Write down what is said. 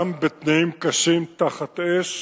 גם בתנאים קשים תחת אש,